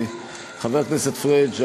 חבר הכנסת פריג',